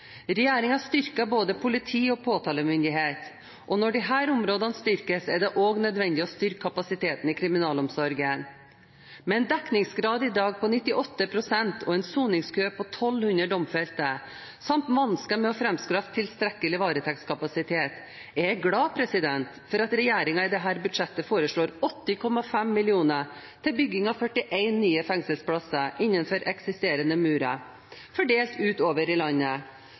styrker både politiet og påtalemyndigheten. Og når disse områdene styrkes, er det også nødvendig å styrke kapasiteten i kriminalomsorgen. Med en dekningsgrad i dag på 98 pst. og en soningskø på 1 200 domfelte samt vansker med å framskaffe tilstrekkelig varetektskapasitet er jeg glad for at regjeringen i dette budsjettet foreslår 80,5 mill. kr til bygging av 41 nye fengselsplasser innenfor eksisterende murer, fordelt utover i landet